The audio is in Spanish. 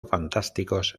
fantásticos